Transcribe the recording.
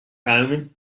omen